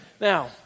Now